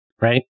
right